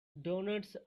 doughnuts